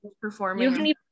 performing